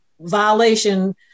violation